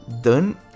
done